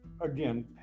again